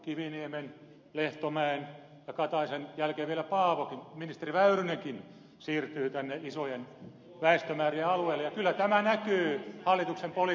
kiviniemen lehtomäen ja kataisen jälkeen vielä paavokin ministeri väyrynenkin siirtyy tänne isojen väestömäärien alueelle ja kyllä tämä näkyy hallituksen politiikassa